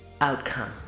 outcome